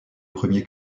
premiers